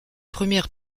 première